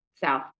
south